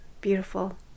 Beautiful